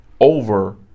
over